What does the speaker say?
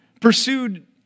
pursued